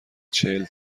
چهل